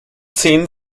zehn